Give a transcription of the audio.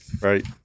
Right